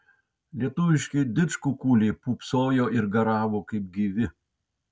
lietuviški didžkukuliai pūpsojo ir garavo kaip gyvi